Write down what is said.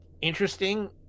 interesting